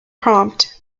prompt